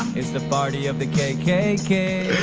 it's the party of the kkk.